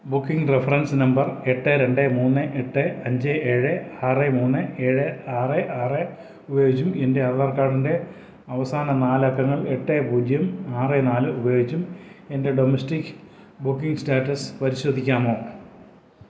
booking reference number എട്ട് രണ്ട് മൂന്ന് എട്ട് അഞ്ച് ഏഴ് ആറ് മൂന്ന് ഏഴ് ആറ് ആറ് ഉപയോഗിച്ചും എൻ്റെ ആധാർ കാർഡിൻ്റെ അവസാന നാലക്കങ്ങൾ എട്ട് പൂജ്യം ആറ് നാല് ഉപയോഗിച്ചും എൻ്റെ ഡൊമസ്റ്റിക് ബുക്കിംഗ് സ്റ്റാറ്റസ് പരിശോധിക്കാമോ